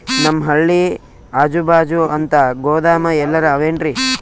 ನಮ್ ಹಳ್ಳಿ ಅಜುಬಾಜು ಅಂತ ಗೋದಾಮ ಎಲ್ಲರೆ ಅವೇನ್ರಿ?